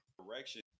Correction